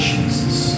Jesus